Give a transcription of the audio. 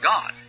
God